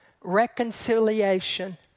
reconciliation